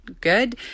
good